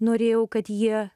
norėjau kad jie